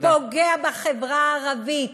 פוגע בחברה הערבית.